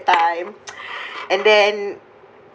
time and then